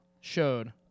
Showed